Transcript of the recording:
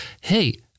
hey